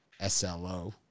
SLO